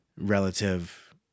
relative